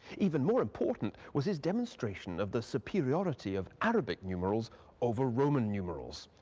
even more important was his demonstration of the superiority of arabic numerals over roman numerals.